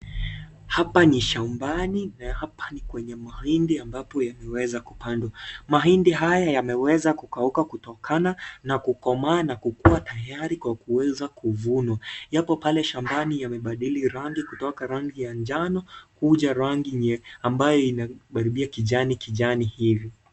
Hapa ni shambani na hapa ni kwenye mahindi ambapo yameweza kupandwa. Mahindi haya yameweza kukauka kutokana na kukomaa na kukua tayari kwa kuweza kuvunwa. Yapo pale shambani yamebadili rangi kutoka rangi ya njano kuja rangi yenye ambayo inakaribia kijani kijani hivi.